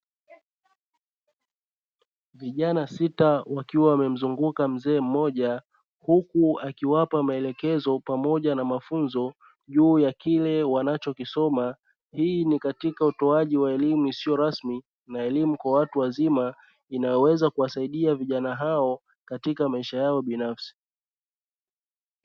Vijana sita wakiwa wamemzunguka mzee mmoja huku akiwapa maelekezo pamoja na mafunzo juu ya kile wanachokisoma, hii ni katika utowaji wa elimu isiyo rasmi na elimu kwa watu wazima inayoweza kuwasaidia vijana hao katika maisha yao binafsi.